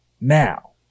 Now